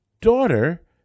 daughter